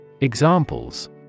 Examples